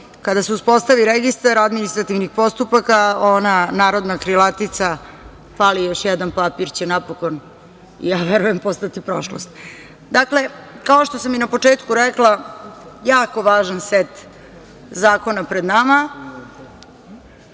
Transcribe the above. Kada se uspostavi Registar administrativnih postupaka, ona narodna krilatica – fali još jedan papir će napokon, ja verujem, postati prošlost. Dakle, kao što sam i na početku rekla, jako važan set zakona pred nama.